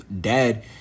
dead